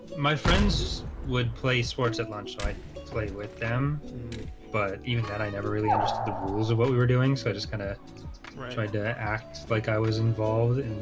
my friends would play sports at lunch. so i played with them but even that i never really understood the rules of what we were doing so i just kind of act like i was involved